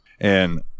And-